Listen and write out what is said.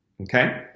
Okay